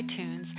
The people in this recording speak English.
iTunes